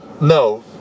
no